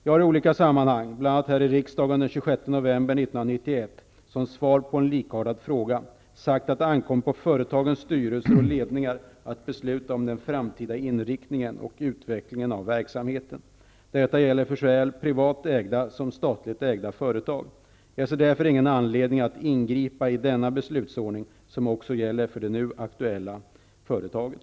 Jag har i olika sammanhang -- bl.a. här i riksdagen den 26 november 1991 som svar på en likartad fråga -- sagt att det ankommer på företagens styrelser och ledningar att besluta om den framtida inriktningen och utvecklingen av verksamheten. Detta gäller för såväl privat ägda som statligt ägda företag. Jag ser därför ingen anledning att ingripa i denna beslutsordning, som också gäller för det nu aktuella företaget.